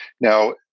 Now